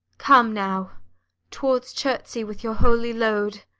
come, now towards chertsey with your holy load,